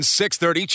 630